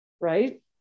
right